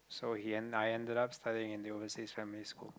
so he end I ended up studying in the overseas family school